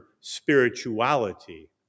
spirituality